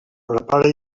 prepara